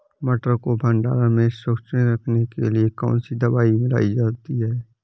मटर को भंडारण में सुरक्षित रखने के लिए कौन सी दवा मिलाई जाती है?